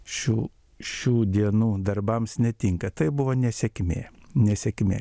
šių šių dienų darbams netinka tai buvo nesėkmė nesėkmė